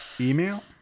Email